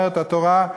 אומרת התורה,